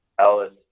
Ellis